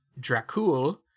Dracul